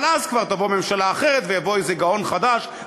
אבל אז כבר תבוא ממשלה אחרת ויבוא איזה גאון חדש,